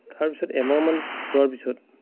তাৰপিছত এমাহমান যোৱাৰ পিছত